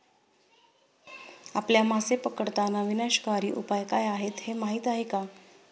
आपल्या मासे पकडताना विनाशकारी उपाय काय आहेत हे माहीत आहे का?